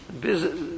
business